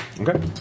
Okay